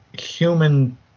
human